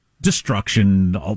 destruction